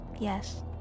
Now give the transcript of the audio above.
Yes